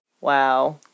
Wow